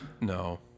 No